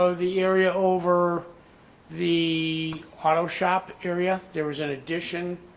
so the area over the auto shop area, there was an addition,